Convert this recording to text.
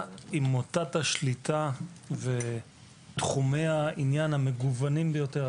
עם מוטת השליטה ותחומי העניין המגוונים ביותר,